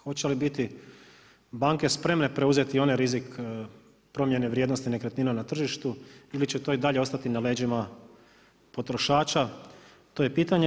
Hoće li biti banke spremne preuzeti onaj rizik promjene vrijednosti nekretnina na tržištu ili će to i dalje ostati na leđima potrošača to je pitanje.